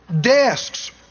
Desks